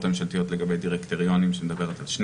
הממשלתיות לגבי דירקטוריונים שמדברת על 12,